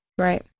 Right